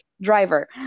driver